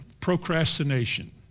Procrastination